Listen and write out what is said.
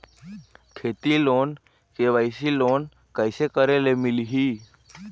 खेती loan KYC loan कइसे करे ले मिलही?